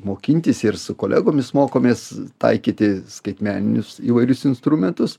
mokintis ir su kolegomis mokomės taikyti skaitmeninius įvairius instrumentus